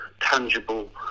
tangible